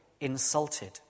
insulted